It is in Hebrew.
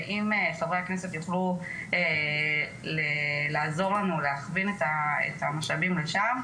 ואם חברי הכנסת יוכלו לעזור לנו להכווין את המשאבים לשם,